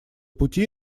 пути